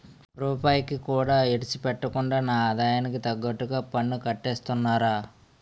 రూపాయికి కూడా ఇడిసిపెట్టకుండా నా ఆదాయానికి తగ్గట్టుగా పన్నుకట్టేస్తున్నారా